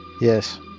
Yes